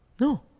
no